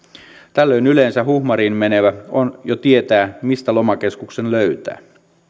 tällöin yleensä huhmariin menevä jo tietää mistä lomakeskuksen löytää